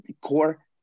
core